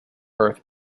earth